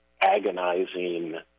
agonizing